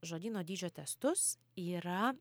žodyno dydžio testus yra